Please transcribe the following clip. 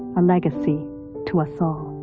a legacy to us all.